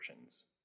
versions